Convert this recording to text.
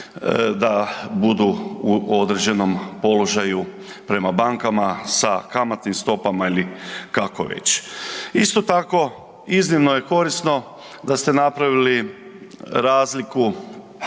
da budu u određenom položaju prema bankama sa kamatnim stopama ili kako već. Isto tako iznimno je korisno da ste napravili razliku